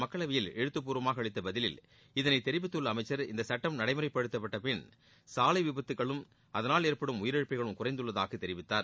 மக்களவையில் எழுத்துப்பூர்வமாக அளித்த பதிலில் இதை தெரிவித்துள்ள அமைச்சர் இந்த சட்டம் நடைமுறைப் படுத்தப்பட்டப்பின் சாலை விபத்துக்களும் அதனால் ஏற்படும் உயிரிழப்பும் குறைந்துள்ளதாக தெரிவித்தார்